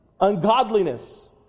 Ungodliness